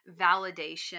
validation